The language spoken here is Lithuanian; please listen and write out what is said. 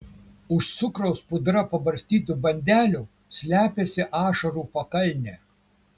už cukraus pudra pabarstytų bandelių slepiasi ašarų pakalnė